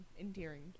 endearing